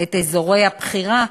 את אזורי הבחירה,